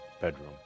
bedroom